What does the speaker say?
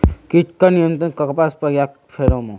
कीट का नियंत्रण कपास पयाकत फेरोमोन?